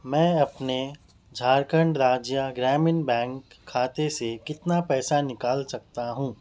میں اپنے جھارکھنڈ راجیہ گرامین بینک خاتے سے کتنا پیسہ نکال سکتا ہوں